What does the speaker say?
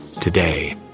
Today